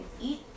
eat